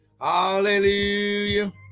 Hallelujah